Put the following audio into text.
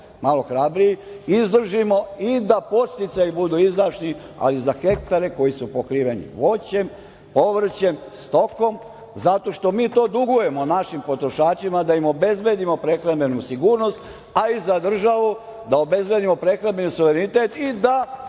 malo hrabriji, izdržimo i da podsticaji budu izdašni, ali za hektare koji su pokriveni voćem, povrćem, stokom zato što mi to dugujemo našim potrošačima da im obezbedimo prehrambenu sigurnost, a i za državu da obezbedimo prehrambeni suverenitet i da